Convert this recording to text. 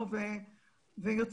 קיבלו או פטור או לא יודעת מה,